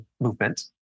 movement